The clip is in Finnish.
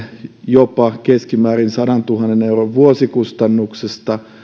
jopa keskimäärin sadantuhannen euron vuosikustannuksista